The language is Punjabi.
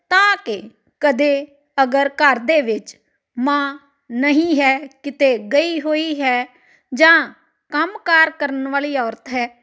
ਤਾਂ ਕਿ ਕਦੇ ਅਗਰ ਘਰ ਦੇ ਵਿੱਚ ਮਾਂ ਨਹੀਂ ਹੈ ਕਿਤੇ ਗਈ ਹੋਈ ਹੈ ਜਾਂ ਕੰਮ ਕਾਰ ਕਰਨ ਵਾਲੀ ਔਰਤ ਹੈ